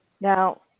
Now